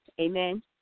Amen